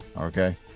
okay